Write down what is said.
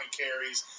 carries